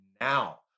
now